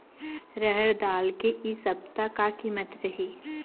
रहड़ दाल के इ सप्ता का कीमत रही?